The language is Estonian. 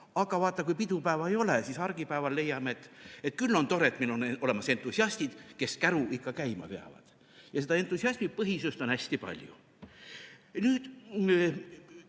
Aga vaata, kui pidupäeva ei ole, siis argipäeval leiame, et küll on tore, et meil on olemas entusiastid, kes käru ikka käima veavad. Seda entusiasmipõhisust on hästi palju. Kui